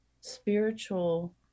spiritual